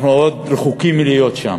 אנחנו עוד רחוקים מלהיות שם.